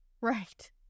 right